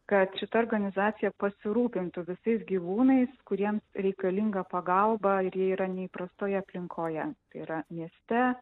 kad šita organizacija pasirūpintų visais gyvūnais kuriems reikalinga pagalba ir jie yra neįprastoje aplinkoje yra mieste